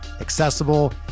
accessible